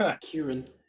Kieran